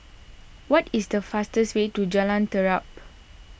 what is the fastest way to Jalan Terap